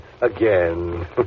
again